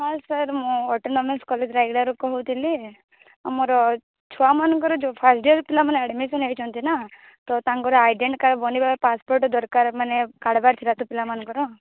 ହଁ ସାର୍ ମୁଁ autonomous college ରାୟଗଡ଼ାରୁ କହୁଥିଲି ଆମର ଛୁଆମାନଙ୍କର ଯୋଉ ଫାର୍ଷ୍ଟ ଇୟର୍ ପିଲାମାନେ ଆଡ଼ମିସନ୍ ହେଇଛନ୍ତି ନା ତ ତାଙ୍କର ଆଇଡ଼େଣ୍ଟି କାର୍ଡ଼୍ ବନେଇବା ପାସପୋର୍ଟ୍ ଦରକାର୍ ମାନେ କାଢ଼ବାର୍ ଥିଲା ତ ପିଲାମାନଙ୍କର